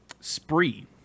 Spree